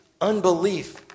unbelief